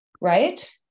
Right